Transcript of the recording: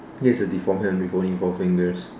he has a deformed hand with only four fingers